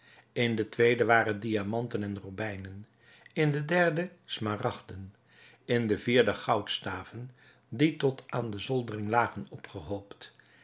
in de tweede waren diamanten en robijnen in de derde smaragden in de vierde goudstaven die tot aan de zoldering lagen opgehoopt